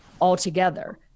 altogether